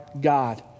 God